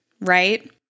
Right